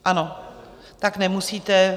Ano, tak nemusíte.